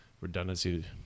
redundancy